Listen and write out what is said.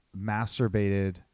masturbated